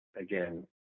again